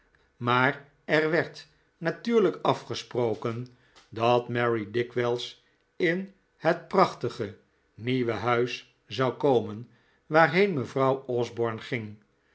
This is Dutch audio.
maar er werd natuurlijk afgesproken dat mary dikwijls in het prachtige nieuwe huis zou komen waarheen mevrouw osborne ging